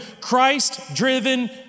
Christ-driven